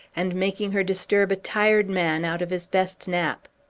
and making her disturb a tired man out of his best nap.